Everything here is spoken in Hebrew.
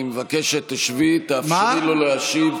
אני מבקש שתשבי ותאפשרי לו להשיב.